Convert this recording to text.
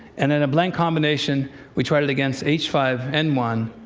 and in a blend combination we tried it against h five n one,